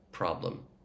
problem